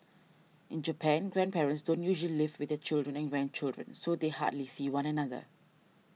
in Japan grandparents don't usually live with their children and grandchildren so they hardly see one another